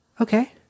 Okay